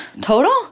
Total